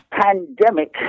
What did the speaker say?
pandemic